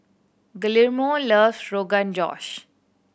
Guillermo loves Rogan Josh